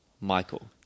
Michael